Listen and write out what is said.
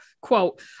Quote